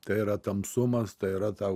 tai yra tamsumas tai yra tau